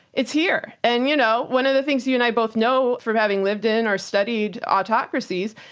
it's here. and you know one of the things you and i both know from having lived in or studied autocracies,